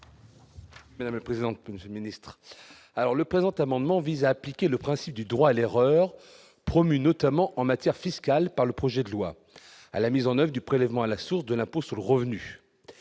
oui. Le président peut nous administre alors le présent amendement vise à appliquer le principe du droit à l'erreur, promu, notamment en matière fiscale par le projet de loi à la mise en 9 du prélèvement à la source de l'impôt sur le revenu,